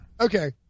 Okay